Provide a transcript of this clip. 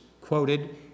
quoted